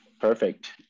perfect